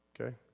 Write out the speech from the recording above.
okay